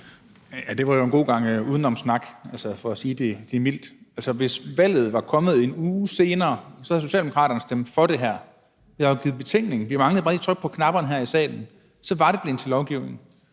Det var jo en god gang udenomssnak for at sige det mildt. Hvis valget var kommet en uge senere, havde Socialdemokraterne stemt for det her – vi havde afgivet betænkning, og vi manglede bare lige at trykke på knapperne her i salen – og så var det blevet til lovgivning.